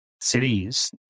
cities